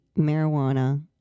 marijuana